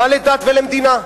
מה לדת ולמדינה?